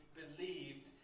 believed